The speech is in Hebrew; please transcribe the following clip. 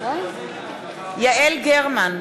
יעל גרמן,